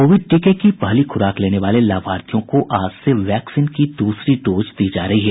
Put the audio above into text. Covid टीके की पहली ख्राक लेने वाले लाभार्थियों को आज से वैक्सीन की द्रसरी डोज दी जा रही है